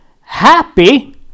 happy